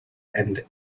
and